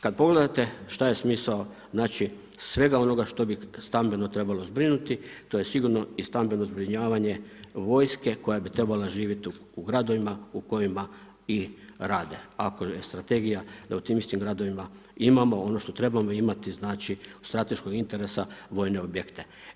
Kada pogledate što je smisao znači svega ono što bi stambeno trebalo zbrinuti to je sigurno i stambeno zbrinjavanje vojske koja bi trebala živjeti u gradovima u kojima i rade ako je strategija da u tim istim gradovima imamo ono što trebamo imati, znači od strateškog interesa vojne objekte.